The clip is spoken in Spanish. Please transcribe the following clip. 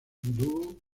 dúo